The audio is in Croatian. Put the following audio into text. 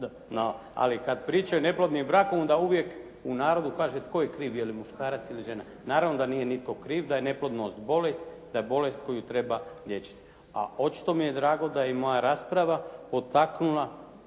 ali kad pričaju o neplodnim brakovima onda uvijek u narodu kaže tko je kriv muškarac ili žena. Naravno da nije nitko kriv, da je neplodnost bolest, da je bolest koju treba liječiti. A očito mi je drago da je i moja rasprava potaknula